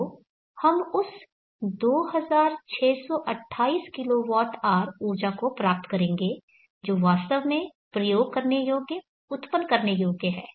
तो हम उस 2628 kWH ऊर्जा को प्राप्त करेंगे जो वास्तव में प्रयोग करने योग्य उत्पन्न करने योग्य है